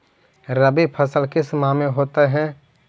रवि फसल किस माह में होते हैं?